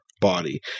body